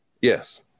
Yes